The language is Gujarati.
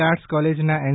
આર્ટસ કોલેજનાં એન